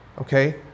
Okay